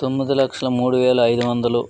తొమ్మిది లక్షల మూడువేల ఐదు వందలు